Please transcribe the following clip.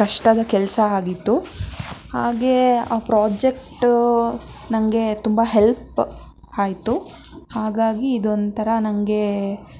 ಕಷ್ಟದ ಕೆಲಸ ಆಗಿತ್ತು ಹಾಗೇ ಆ ಪ್ರೊಜೆಕ್ಟು ನನಗೆ ತುಂಬ ಹೆಲ್ಪ್ ಆಯಿತು ಹಾಗಾಗಿ ಇದೊಂಥರ ನನಗೆ